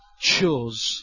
chose